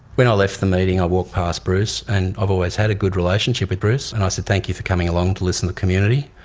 when i left the meeting i walked past bruce, and i've always had a good relationship with bruce, and i said, thank you for coming along to listen to the community.